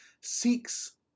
seeks